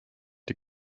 die